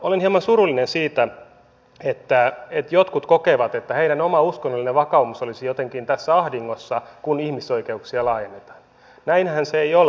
olen hieman surullinen siitä että jotkut kokevat että heidän oma uskonnollinen vakaumus olisi jotenkin tässä ahdingossa kun ihmisoikeuksia laajennetaan näinhän se ei ole